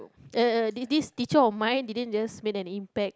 uh this teacher of mine didn't just made an impact